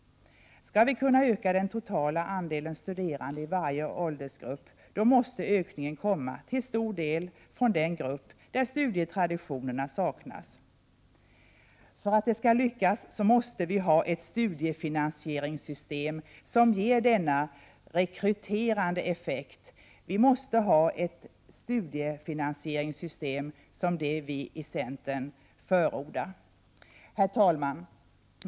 Skall vi kunna öka den totala andelen studerande i varje åldersgrupp, måste ökningen till stor del komma från den grupp där studietraditionerna saknas. För att detta skall lyckas måste vi ha ett studiefinansieringssystem som ger denna rekryterande effekt. Vi måste ha ett studiefinansieringssystem som det vi i centern förordar. Herr talman!